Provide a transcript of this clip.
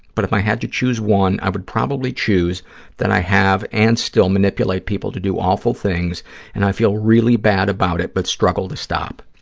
but if i had to choose one, i would probably choose that i have and still manipulate people to do awful things and i feel really bad about it but struggle to stop.